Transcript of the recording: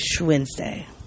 Wednesday